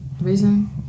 reason